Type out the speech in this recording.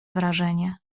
wrażenie